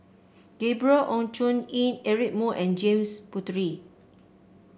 Gabriel Oon Chong Jin Eric Moo and James Puthucheary